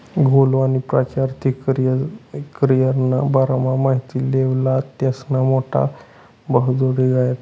गोलु आणि प्राची आर्थिक करीयरना बारामा माहिती लेवाले त्यास्ना मोठा भाऊजोडे गयात